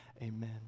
Amen